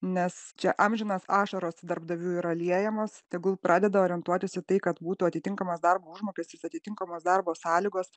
nes čia amžinos ašaros darbdavių yra liejamos tegul pradeda orientuotis į tai kad būtų atitinkamas darbo užmokestis atitinkamos darbo sąlygos